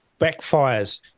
backfires